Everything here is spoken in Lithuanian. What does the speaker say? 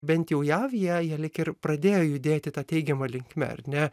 bent jau jav jie jie lyg ir pradėjo judėti ta teigiama linkme ar ne